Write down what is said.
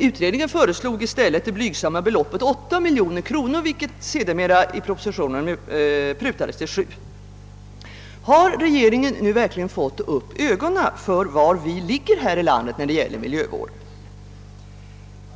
Utredningen föreslog i stället det blygsamma beloppet 8 miljoner kronor, vilket sedermera i propositionen prutades till 7 miljoner. Har regeringen nu verkligen fått upp ögo nen för var vi ligger här i landet när det gäller miljövården?